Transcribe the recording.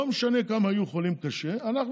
לא משנה כמה חולים קשה יהיו,